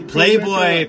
Playboy